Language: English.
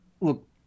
look